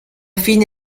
fine